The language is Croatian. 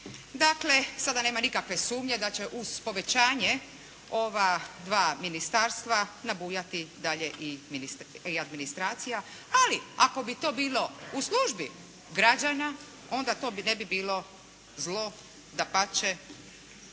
Dakle sada nema nikakve sumnje da će uz povećanje ova dva ministarstva nabujati dalje i administracija ali ako bi to bilo u službi građana onda to bi, ne bi bilo zlo. Dapače